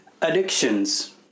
addictions